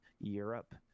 europe